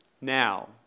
now